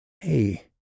Hey